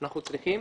כבנקים.